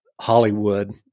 Hollywood